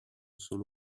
solo